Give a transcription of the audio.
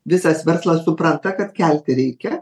visas verslas supranta kad kelti reikia